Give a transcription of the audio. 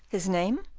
his name?